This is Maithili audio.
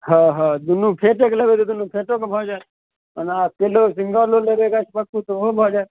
हँ हँ दुनू फेँटिओके लेबै तऽ दुनू फेँटिओके भऽ जाएत ओना अकेलो सिङ्गलो लेबै गछपक्कू तऽ ओहो भऽ जाएत